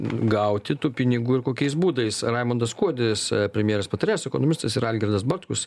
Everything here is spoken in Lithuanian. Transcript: gauti tų pinigų ir kokiais būdais raimundas kuodis premjerės patarėjas ekonomistas ir algirdas bartkus